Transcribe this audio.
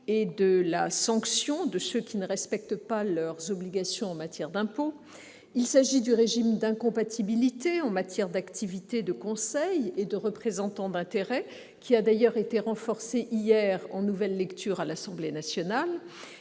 et de la sanction infligée à ceux qui ne respectent pas leurs obligations en matière d'impôt, du régime d'incompatibilité en matière d'activités de conseil et de représentants d'intérêts, lequel a d'ailleurs été renforcé hier en nouvelle lecture à l'Assemblée nationale,